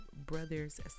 brother's